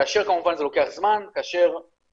יכול להרים טלפון לחברת תקשורת והיא מחויבת לתת לו